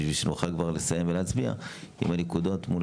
כדי שנוכל לסיים ולהצביע על הנקודות מול